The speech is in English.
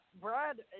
Brad